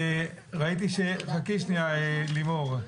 חכי שנייה, לימור.